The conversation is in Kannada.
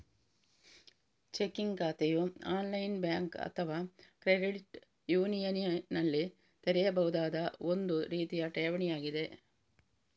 ಚೆಕ್ಕಿಂಗ್ ಖಾತೆಯು ಆನ್ಲೈನ್ ಬ್ಯಾಂಕ್ ಅಥವಾ ಕ್ರೆಡಿಟ್ ಯೂನಿಯನಿನಲ್ಲಿ ತೆರೆಯಬಹುದಾದ ಒಂದು ರೀತಿಯ ಠೇವಣಿ ಖಾತೆಯಾಗಿದೆ